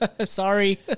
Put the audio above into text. Sorry